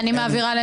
הצבעה לא אושרו.